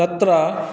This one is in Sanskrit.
तत्र